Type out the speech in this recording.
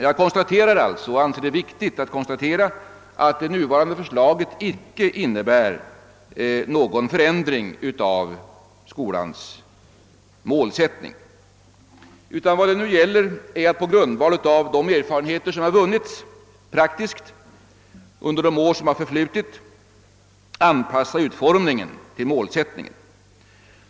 Jag anser det viktigt att konstatera att det aktuella förslaget icke innebär någon förändring av skolans målsättning. Vad det nu gäller är att på grundval av de erfarenheter som praktiskt vunnits under de år som förflutit anpassa utformningen till målsättningen.